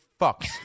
fucks